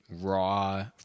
raw